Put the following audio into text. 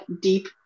deep